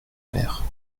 mère